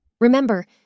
Remember